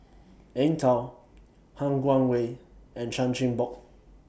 Eng Tow Han Guangwei and Chan Chin Bock